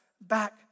back